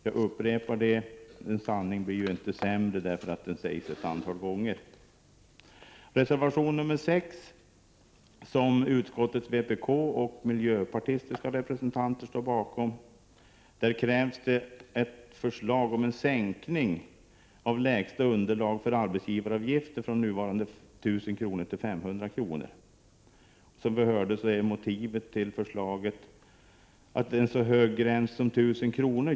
Jag upprepar detta—en sanning blir ju inte sämre bara därför att den upprepas ett antal gånger. I reservation 6, som utskottets vpk-are och miljöpartister står bakom, krävs en sänkning av det lägsta underlaget för arbetsgivaravgifter, från nuvarande 1 000 kr. till 500 kr. Som vi har hört är motivet att en så hög gräns som 1000 kr.